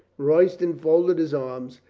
royston folded his arms.